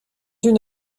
une